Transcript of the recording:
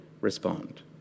respond